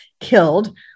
killed